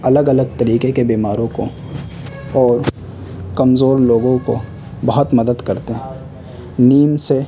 الگ الگ طریقے کے بیماروں کو اور کمزور لوگوں کو بہت مدد کرتے ہیں نیم سے